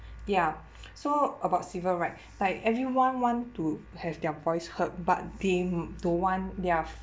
ya so about civil right like everyone want to have their voice heard but they don't want their